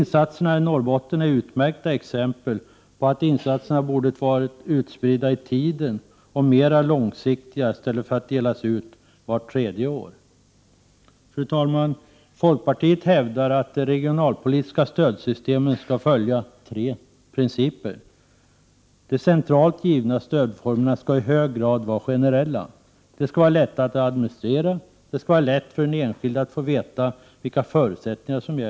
Insatserna i Norrbotten är utmärkta exempel på att insatserna borde ha varit utspridda i tiden och mera långsiktiga, i stället för att delas ut vart tredje år. Fru talman! Folkpartiet hävdar att de regionalpolitiska stödsystemen skall följa tre principer: De centralt givna stödformerna skall i hög grad vara generella. De skall vara lätta att administrera. Det skall vara lätt för den enskilde att få veta vilka förutsättningar som gäller.